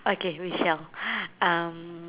okay we shall um